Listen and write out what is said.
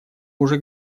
уже